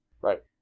Right